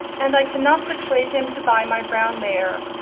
and i cannot persuade him to buy my brown mare.